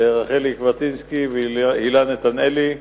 רחלי קווטינסקי והילה נתנאלי,